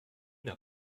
n’a